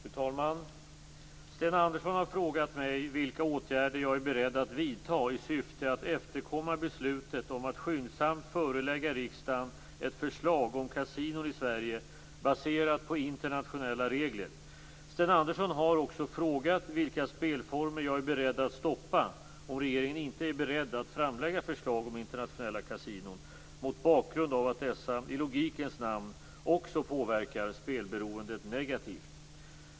Fru talman! Sten Andersson har frågat mig vilka åtgärder jag är beredd att vidta i syfte att efterkomma beslutet om att skyndsamt förelägga riksdagen ett förslag om kasinon i Sverige baserat på internationella regler. Sten Andersson har också frågat vilka spelformer jag är beredd att stoppa, om regeringen inte är beredd att framlägga förslag om internationella kasinon, mot bakgrund av att dessa, i logikens namn, också påverkar spelberoendet negativt.